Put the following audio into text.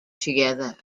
together